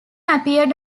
appeared